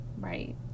Right